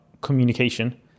communication